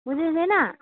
बुझेको छैन